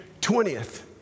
20th